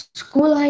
school